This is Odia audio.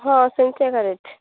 ହଁ ସଂଖ୍ୟା ଗ୍ୟାରେଜ